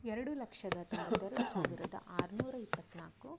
ಎರಡು ಲಕ್ಷದ ತೊಂಬತ್ತೆರಡು ಸಾವಿರದ ಆರುನೂರ ಇಪ್ಪತ್ನಾಲ್ಕು